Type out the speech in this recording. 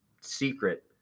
secret